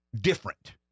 different